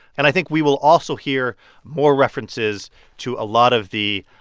and i think we will also hear more references to a lot of the